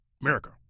America